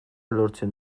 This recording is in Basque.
lortzen